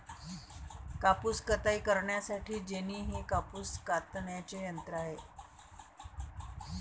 कापूस कताई करण्यासाठी जेनी हे कापूस कातण्याचे यंत्र आहे